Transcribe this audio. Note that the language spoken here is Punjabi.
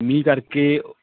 ਮੀਂਹ ਕਰਕੇ